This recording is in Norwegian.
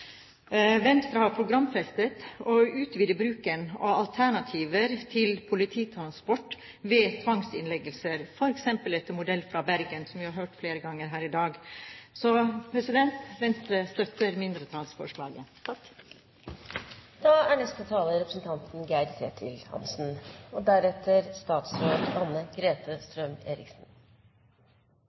Venstre har programfestet å utvide bruken av alternativer til polititransport ved tvangsinnleggelser, f.eks. etter modell fra Bergen, som vi har hørt flere ganger her i dag. Venstre støtter mindretallsforslaget. Det er viktig, som det er tatt opp her, å fokusere på syketransport og